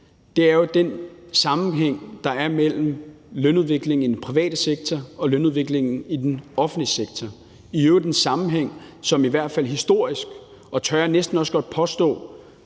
i, er jo den sammenhæng, der er mellem lønudviklingen i den private sektor og lønudviklingen i den offentlige sektor. Det er i øvrigt en sammenhæng, som i hvert fald historisk og også – tør jeg næsten godt påstå